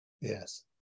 Yes